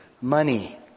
Money